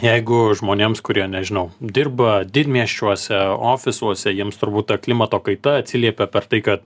jeigu žmonėms kurie nežinau dirba didmiesčiuose ofisuose jiems turbūt ta klimato kaita atsiliepia per tai kad